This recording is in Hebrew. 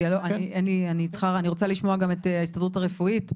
אני רוצה לשמוע גם את ההסתדרות הרפואית,